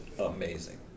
amazing